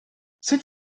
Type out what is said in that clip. sut